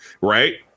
Right